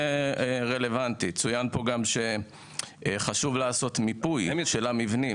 גם צוין פה שחשוב לעשות מיפוי של המבנים.